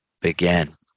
began